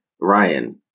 Ryan